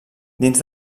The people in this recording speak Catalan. dins